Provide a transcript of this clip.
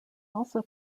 also